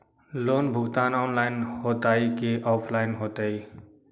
Loan भुगतान online होतई कि ऑफलाइन होतई?